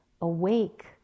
awake